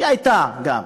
שהייתה גם,